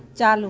चालू